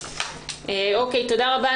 תודה רבה.